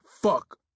Fuck